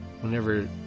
whenever